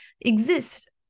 exist